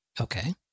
Okay